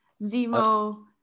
Zemo